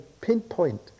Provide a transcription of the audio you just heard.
pinpoint